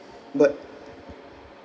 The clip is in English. but